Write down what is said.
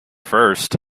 first